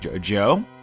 Joe